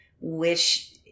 wish